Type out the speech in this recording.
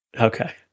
Okay